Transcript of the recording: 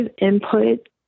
input